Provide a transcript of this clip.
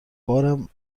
بارم